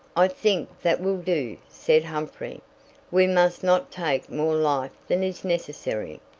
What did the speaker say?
i think that will do, said humphrey we must not take more life than is necessary.